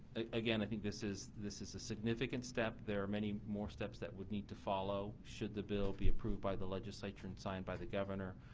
again, i think this is this is a significant step. there are many more steps that would need to follow should the bill be approved by the legislature and signed by the governor.